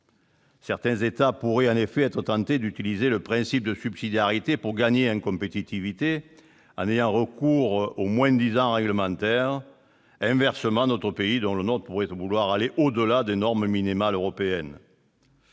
Certains États pourraient être tentés d'utiliser le principe de subsidiarité pour gagner en compétitivité, en ayant recours au moins-disant réglementaire. Inversement, d'autres pays, dont le nôtre, pourraient vouloir aller au-delà des normes minimales européennes.